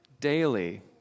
daily